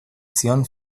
zion